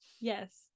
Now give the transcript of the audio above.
yes